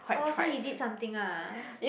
orh so he did something ah